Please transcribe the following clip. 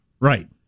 Right